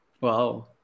Wow